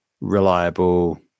reliable